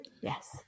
Yes